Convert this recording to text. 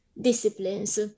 disciplines